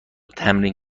تمرین